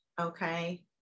Okay